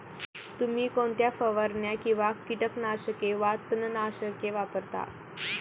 तुम्ही कोणत्या फवारण्या किंवा कीटकनाशके वा तणनाशके वापरता?